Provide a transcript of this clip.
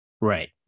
right